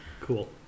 Cool